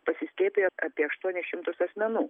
pasiskiepijo apie aštuonis šimtus asmenų